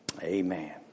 Amen